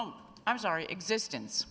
oh i'm sorry existence